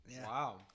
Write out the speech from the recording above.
Wow